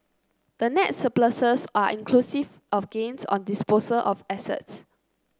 the net surpluses are inclusive of gains on disposal of assets